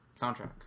soundtrack